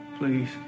Please